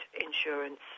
insurance